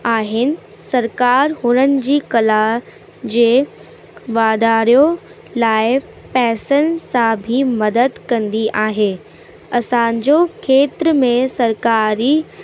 आहिनि सरकारु हुनन जी कला जे वाधारियो लाइ पैसनि सां बि मदद कंदी आहे असांजो खेत्र में सरकारी